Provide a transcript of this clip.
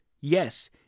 Yes